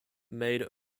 made